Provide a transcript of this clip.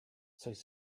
coś